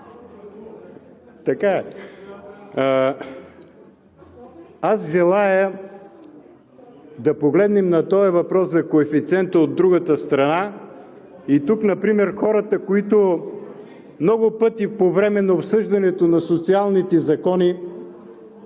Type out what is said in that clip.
Аз желая да погледнем на въпроса за коефициента от другата страна и тук например хората, които много пъти по време на обсъждането на социалните закони